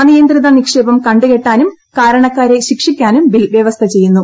അനിയന്ത്രിത നിക്ഷേപം കണ്ടുക്കെട്ടാനുക് കാരണക്കാരെ ശിക്ഷിക്കാനും ബിൽ വ്യവസ്ഥ ചെയ്യുന്നു